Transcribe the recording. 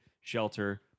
shelter